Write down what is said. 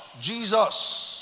Jesus